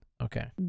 Okay